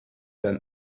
than